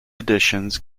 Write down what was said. editions